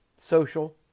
social